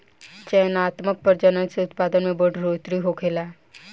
चयनात्मक प्रजनन से उत्पादन में बढ़ोतरी होखेला